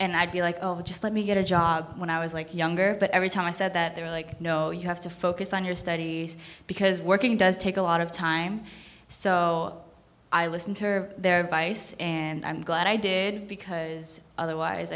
and i'd be like oh just let me get a job when i was like younger but every time i said that they were like no you have to focus on your because studies as working does take a lot of time so i listen to their advice and i'm glad i did because otherwise